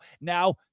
Now